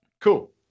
cool